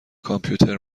کامپیوتر